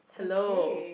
okay